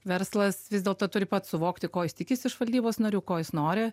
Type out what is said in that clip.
verslas vis dėlto turi pats suvokti ko jis tikisi iš valdybos narių ko jis nori